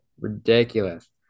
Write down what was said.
ridiculous